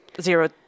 zero